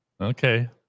Okay